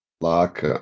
Lock